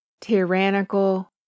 tyrannical